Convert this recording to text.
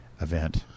event